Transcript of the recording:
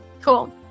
cool